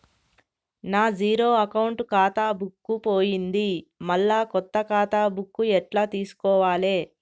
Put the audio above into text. నా zero account ఖాతా book పోయింది మళ్ళా కొత్త ఖాతా బుక్కు ఎట్ల తీసుకోవాలే?